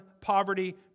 poverty